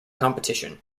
competition